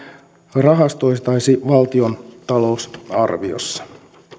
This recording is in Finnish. rahastoitaisi valtion talousarviossa